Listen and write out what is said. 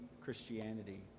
Christianity